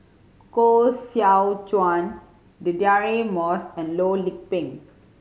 Koh Seow Chuan Deirdre Moss and Loh Lik Peng